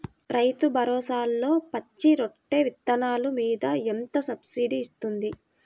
రైతు భరోసాలో పచ్చి రొట్టె విత్తనాలు మీద ఎంత సబ్సిడీ ఇస్తుంది?